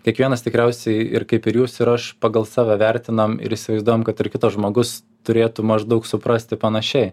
kiekvienas tikriausiai ir kaip ir jūs ir aš pagal save vertinam ir įsivaizduojam kad ir kitas žmogus turėtų maždaug suprasti panašiai